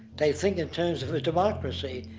they think in terms of a democracy,